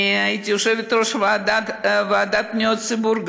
הייתי יושבת-ראש הוועדה לפניות הציבור,